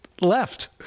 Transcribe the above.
left